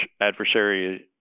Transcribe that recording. adversary